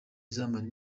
izamara